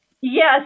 Yes